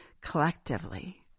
collectively